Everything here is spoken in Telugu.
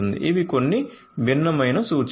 ఇవి కొన్ని భిన్నమైన సూచనలు